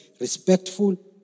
respectful